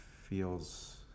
feels